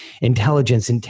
intelligence